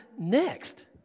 next